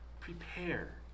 prepare